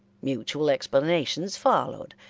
mutual explanations followed,